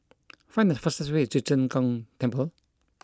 find the fastest way to Zheng Gong Temple